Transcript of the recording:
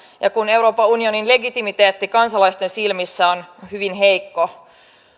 ja kun euroopan unionin legitimiteetti kansalaisten silmissä on hyvin heikko